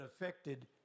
affected